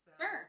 Sure